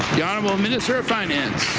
the honourable minister of finance.